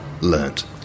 learnt